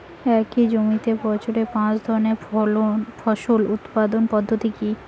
একই জমিতে বছরে পাঁচ ধরনের ফসল উৎপাদন পদ্ধতি কী?